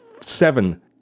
seven